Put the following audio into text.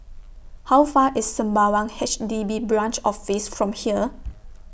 How Far away IS Sembawang H D B Branch Office from here